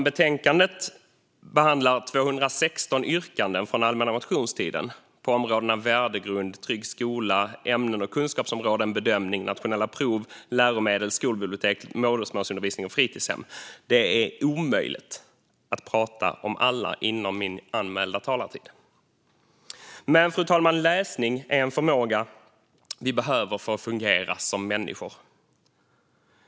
I betänkandet behandlas 216 yrkanden från den allmänna motionstiden på områdena värdegrund, trygg skola, ämnen och kunskapsområden, bedömning, nationella prov, läromedel, skolbibliotek, modersmålsundervisning och fritidshem. Det är omöjligt att prata om alla inom min anmälda talartid. Men, fru talman, läsning är en förmåga vi behöver för att fungera som människor.